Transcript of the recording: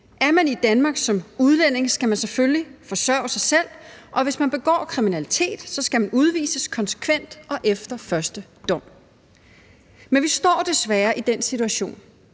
Er man i Danmark som udlænding, skal man selvfølgelig forsørge sig selv, og hvis man begår kriminalitet, skal man udvises konsekvent og efter den første dom. Men vi står desværre i den situation,